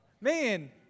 Man